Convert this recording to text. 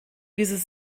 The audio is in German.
dieses